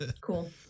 Cool